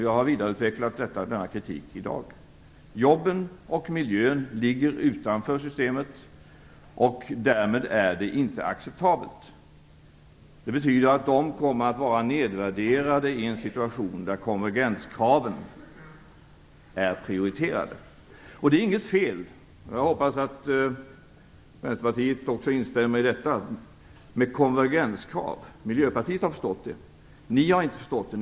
Jag har vidareutvecklat denna kritik i dag. Jobben och miljön ligger utanför systemet, och därmed är det inte acceptabelt. Det betyder att de kommer att vara nedvärderade i en situation där konvergenskraven är prioriterade. Det är inget fel. Jag hoppas att Vänsterpartiet också instämmer vad gäller konvergenskrav. Miljöpartiet har förstått det. Ni har inte förstått det.